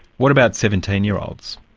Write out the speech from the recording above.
what about seventeen year olds?